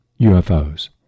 UFOs